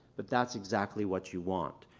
but that's exactly what you want.